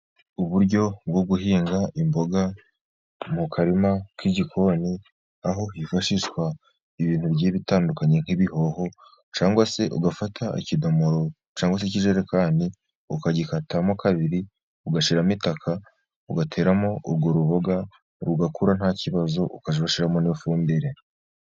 Uburyo bwo guhinga imboga mu karima k'igikoni, aho hifashishwa ibintu bigiye bitandukanye nk'ibihoho, cyangwa se ugafata ikidomoro cyangwa se ikijerekani, ukagikatamo kabiri ugashyiramo itaka, ugateramo urwo ruboga rugakura nta kibazo ukajya urashyimo n'ifumbire.